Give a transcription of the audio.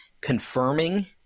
confirming